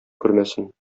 күрмәсен